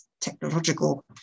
technological